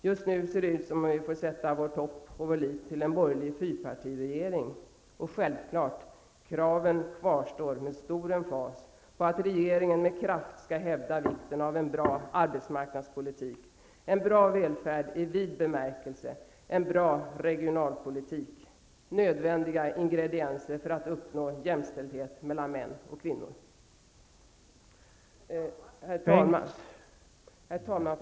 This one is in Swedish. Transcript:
Just nu ser det ut som om vi får sätta vårt hopp och vår lit till en borgerlig fyrpartiregering. Och självklart: Kraven kvarstår med stor emfas på att regeringen med kraft skall hävda vikten av en bra arbetsmarknadspolitik, en bra välfärd i vid bemärkelse och en bra regionalpolitik -- allt nödvändiga ingredienser för att uppnå jämställdhet mellan män och kvinnor.